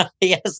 Yes